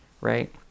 right